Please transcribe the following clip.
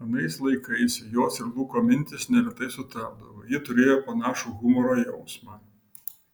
anais laikais jos ir luko mintys neretai sutapdavo jie turėjo panašų humoro jausmą